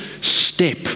step